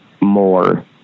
more